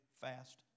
fast